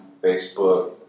Facebook